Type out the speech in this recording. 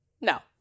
No